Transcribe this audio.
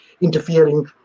interfering